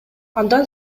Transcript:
андан